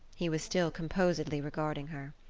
he was still composedly regarding her.